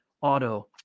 auto